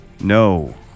no